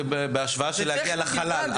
בהשוואה להגעה לחלל,